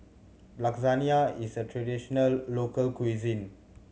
lasagna is a traditional local cuisine